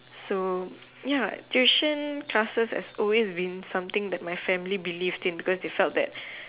so ya tuition classes has always been something that my family believed in because they felt that